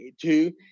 two